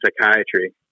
psychiatry